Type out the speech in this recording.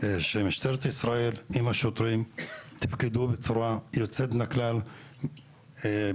משטרת ישראל עם השוטרים תפקדו בצורה יוצאת מן הכלל באירועים.